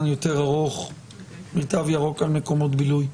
יותר ארוך מתו ירוק על מקומות בילוי.